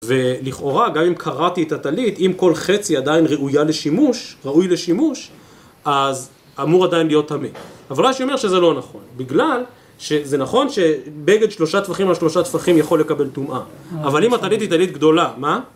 ‫ולכאורה, גם אם קרעתי את הטלית, ‫אם כל חצי עדיין ראוי לשימוש, ‫אז אמור עדיין להיות טמא. ‫אבל רש"י אומר שזה לא נכון, ‫בגלל ש... ‫זה נכון שבגד שלושה טפחים ‫על שלושה טפחים יכול לקבל טומאה, ‫אבל אם הטלית היא טלית גדולה, מה?